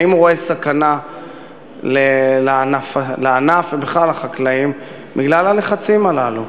האם הוא רואה סכנה לענף ובכלל לחקלאים בגלל הלחצים הללו?